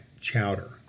chowder